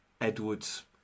Edwards